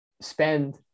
spend